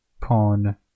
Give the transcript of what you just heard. Pawn